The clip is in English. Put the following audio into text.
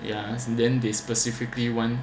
ya then they specifically want